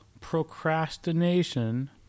procrastination